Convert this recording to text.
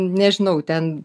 nežinau ten